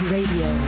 Radio